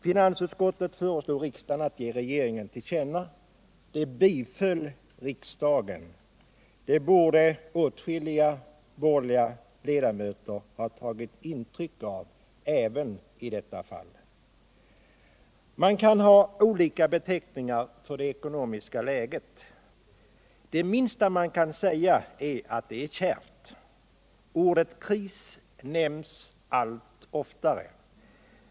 Finansutskottet föreslog riksdagen att ge regeringen till känna vad utskottet anfört. Det biföll riksdagen. Det borde åtskilliga borgerliga riksdagsledamöter ha tagit intryck av även i detta fall. Man kan ha olika beteckningar för det ekonomiska läget. Det minsta som kan sägas är att det är kärvt. Ordet kris nämns allt oftare.